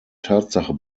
tatsache